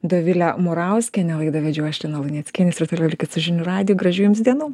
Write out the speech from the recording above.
dovilę murauskienę laidą vedžiau aš lina luneckienė jūs ir toliau likit su žinių radiju gražių jums dienų